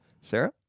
Sarah